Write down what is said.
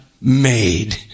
made